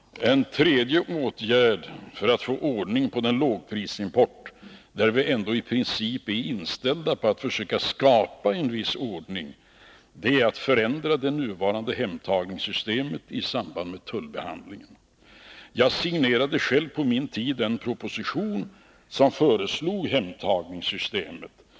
En tredje åtgärd för att få ordning på lågprisimporten — ett område där vi ändå i princip är inställda på att försöka skapa en viss ordning — är att förändra det nuvarande hemtagningssystemet i samband med tullbehandlingen. Jag signerade på min tid själv en proposition i vilken hemtagningssystemet föreslogs.